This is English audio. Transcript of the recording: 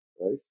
right